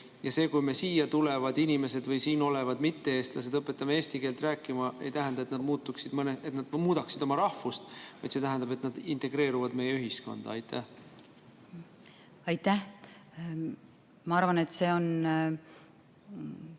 See, kui me siia tulevad inimesed või siin olevad mitte-eestlased õpetame eesti keelt rääkima, ei tähenda, et nad muudaksid oma rahvust, vaid see tähendab, et nad integreeruvad meie ühiskonda. Aitäh! Ma arvan, et see on